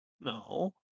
No